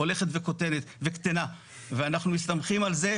הולכת וקטנה ואנחנו מסתמכים על זה,